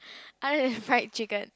other than fried chicken